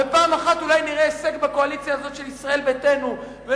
ופעם אחת אולי נראה הישג של ישראל ביתנו בקואליציה הזאת,